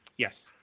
yes.